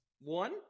One